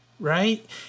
Right